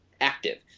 active